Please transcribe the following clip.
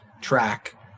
track